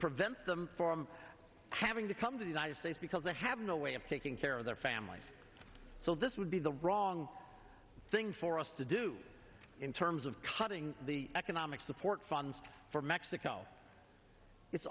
prevent them from having to come to the united states because they have no way of taking care of their families so this would be the wrong thing for us to do in terms of cutting the economic support funds for mexico it's